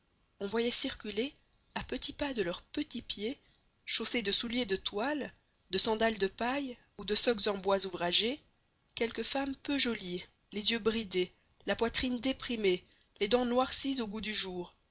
on voyait circuler à petits pas de leur petit pied chaussé de souliers de toile de sandales de paille ou de socques en bois ouvragé quelques femmes peu jolies les yeux bridés la poitrine déprimée les dents noircies au goût du jour